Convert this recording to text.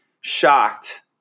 shocked